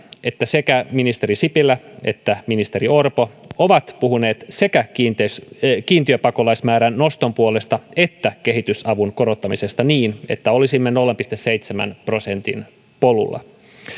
että sekä ministeri sipilä että ministeri orpo ovat puhuneet sekä kiintiöpakolaismäärän noston puolesta että kehitysavun korottamisesta niin että olisimme nolla pilkku seitsemän prosentin polulla